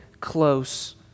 close